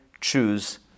choose